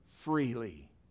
freely